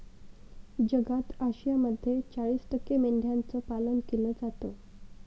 जगात आशियामध्ये चाळीस टक्के मेंढ्यांचं पालन केलं जातं